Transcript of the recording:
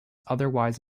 otherwise